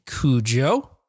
Cujo